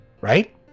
Right